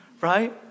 right